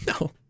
No